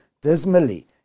dismally